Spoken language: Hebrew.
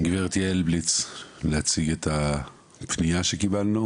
מגברת יעל בליץ להציג את הפנייה שקיבלנו